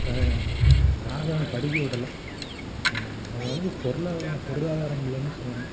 அப்போ யாரும் படிக்க விடலை ஏன்னா அதனால் பொருளா பொருளாதாரம் இல்லைன்னு சொல்லலாம்